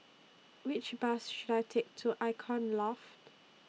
Which Bus should I Take to Icon Loft